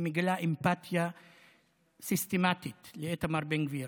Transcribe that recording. היא מגלה אמפתיה סיסטמטית לאיתמר בן גביר.